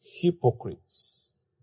hypocrites